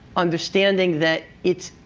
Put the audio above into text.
understanding that it's,